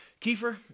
Kiefer